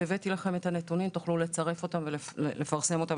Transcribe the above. והבאתי לכם את הנתונים ותוכלו לצרף אותם ולפרסם אותם